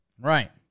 right